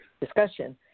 discussion